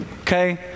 Okay